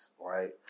right